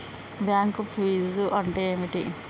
Bank ఫీజ్లు అంటే ఏమిటి?